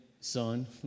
son